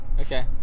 Okay